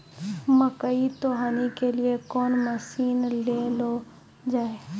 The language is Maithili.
मकई तो हनी के लिए कौन मसीन ले लो जाए?